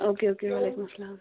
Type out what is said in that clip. او کے okay وعلیکُم السلام